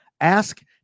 Ask